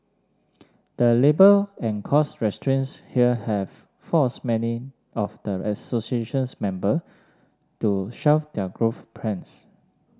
the labour and cost constraints here have forced many of the association's member to shelf their growth plans